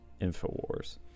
InfoWars